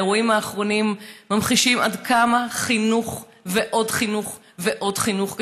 האירועים האחרונים ממחישים עד כמה חינוך ועוד חינוך ועוד חינוך,